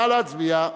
נא להצביע.